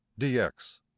dx